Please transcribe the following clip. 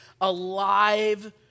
alive